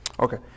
Okay